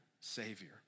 Savior